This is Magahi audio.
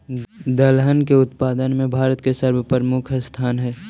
दलहन के उत्पादन में भारत के सर्वप्रमुख स्थान हइ